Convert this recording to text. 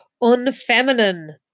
unfeminine